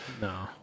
No